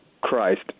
christ